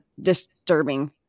disturbing